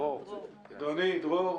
אנחנו ברגע אחד של דומיה,